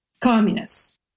communists